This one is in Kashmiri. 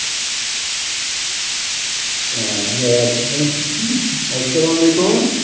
اسلام علیکُم